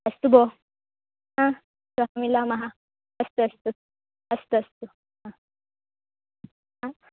अस्तु भोः हा श्वः मिलामः अस्तु अस्तु अस्तु अस्तु हा हा